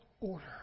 Order